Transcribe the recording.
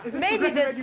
maybe this